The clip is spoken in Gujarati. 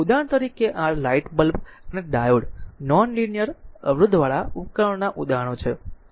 ઉદાહરણ તરીકે r લાઇટ બલ્બ અને ડાયોડ નોન લીનીયર અવરોધવાળા ઉપકરણોના ઉદાહરણો છે